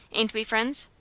ain't we friends?